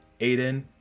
Aiden